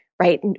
right